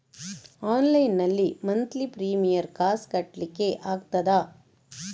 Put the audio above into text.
Online ನಲ್ಲಿ monthly premier ಕಾಸ್ ಕಟ್ಲಿಕ್ಕೆ ಆಗ್ತದಾ?